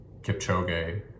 Kipchoge